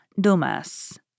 Dumas